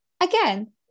again